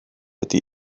ydy